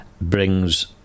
brings